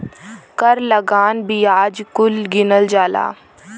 कर लगान बियाज कुल गिनल जाला